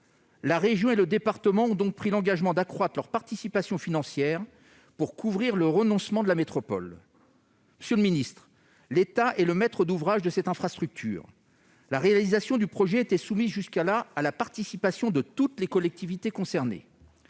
La région et le département ont donc pris l'engagement d'accroître leur participation financière pour couvrir le renoncement de la métropole. L'État est le maître d'ouvrage de cette infrastructure. Jusqu'à présent, la réalisation du projet était soumise à la participation de toutes les collectivités concernées.